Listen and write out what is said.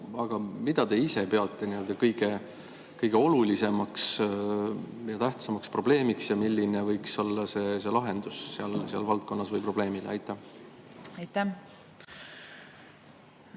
Mida te ise peate kõige olulisemaks ja tähtsamaks probleemiks ja milline võiks olla lahendus sellele probleemile? Aitäh!